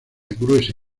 gruesa